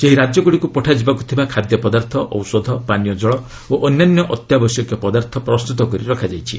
ସେହି ରାଜ୍ୟଗୁଡ଼ିକୁ ପଠାଯିବାକୁ ଥିବା ଖାଦ୍ୟପଦାର୍ଥ ଔଷଧ ପାନୀୟ ଜଳ ଓ ଅନ୍ୟାନ୍ୟ ଅତ୍ୟାବଶ୍ୟକୀୟ ପଦାର୍ଥ ପ୍ରସ୍ତତ କରି ରଖାଯାଇଛି